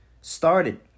started